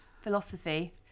philosophy